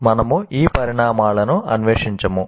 మనము ఈ పరిమాణాలను అన్వేషించము